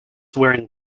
wearing